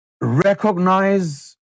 ...recognize